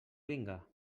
vinga